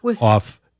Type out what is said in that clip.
off